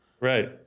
Right